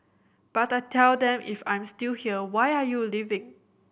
but I tell them if I'm still here why are you leaving